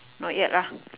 not yet lah